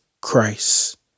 Christ